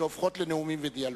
שהופכות לנאומים ולדיאלוג.